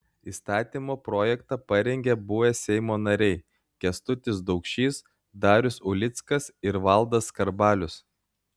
įstatymo projektą parengė buvę seimo nariai kęstutis daukšys darius ulickas ir valdas skarbalius